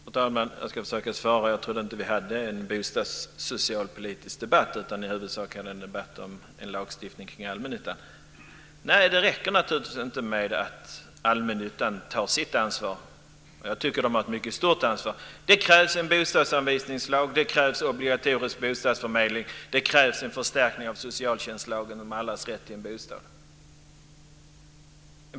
Fru talman! Jag ska försöka svara. Jag trodde inte att vi hade en bostadssocialpolitisk debatt utan att vi i huvudsak hade en debatt omkring en lagstiftning om allmännyttan. Nej, det räcker naturligtvis inte att allmännyttan tar sitt ansvar - och jag tycker att de har ett mycket stort ansvar. Det krävs en bostadsanvisningslag. Det krävs obligatorisk bostadsförmedling. Det krävs en förstärkning av socialtjänstlagen om allas rätt till en bostad.